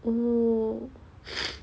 oh